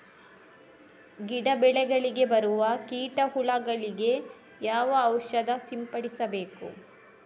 ಗಿಡ, ಬೆಳೆಗಳಿಗೆ ಬರುವ ಕೀಟ, ಹುಳಗಳಿಗೆ ಯಾವ ಔಷಧ ಸಿಂಪಡಿಸಬೇಕು?